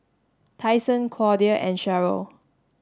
Tyson Claudia and Sheryll